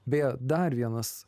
beje dar vienas